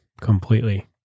completely